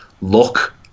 look